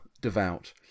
devout